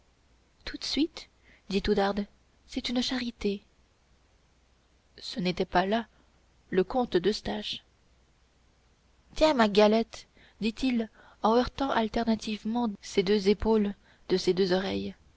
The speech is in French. tout de suite dit oudarde c'est une charité ce n'était pas là le compte d'eustache tiens ma galette dit-il en heurtant alternativement ses deux épaules de ses deux oreilles